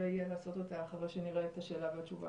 יהיה לעשות אותה אחרי שנראה את השאלה והתשובה